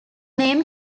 name